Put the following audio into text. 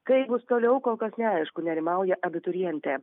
kaip bus toliau kol kas neaišku nerimauja abiturientė